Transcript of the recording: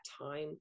time